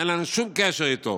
אין לנו שום קשר איתו.